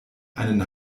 einen